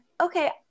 okay